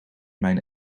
mijn